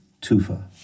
tufa